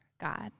God